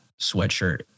sweatshirt